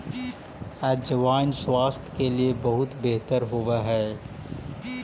अजवाइन स्वास्थ्य के लिए बहुत बेहतर होवअ हई